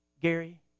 Gary